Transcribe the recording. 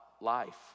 life